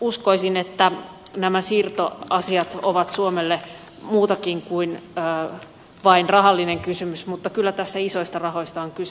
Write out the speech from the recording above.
uskoisin että nämä siirtoasiat ovat suomelle muutakin kuin vain rahallinen kysymys mutta kyllä tässä isoista rahoista on kyse